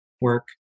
work